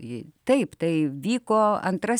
taip tai vyko antrasis pasaulinis karas